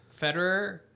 Federer